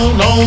no